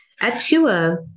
Atua